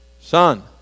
son